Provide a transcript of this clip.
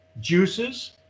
juices